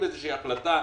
החליטו